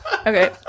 Okay